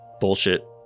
Bullshit